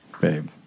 Babe